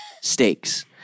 stakes